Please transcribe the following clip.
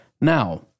Now